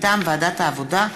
מטעם ועדת העבודה,